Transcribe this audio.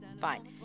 fine